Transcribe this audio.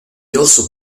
also